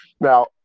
Now